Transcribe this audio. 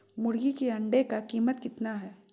मुर्गी के अंडे का कीमत कितना है?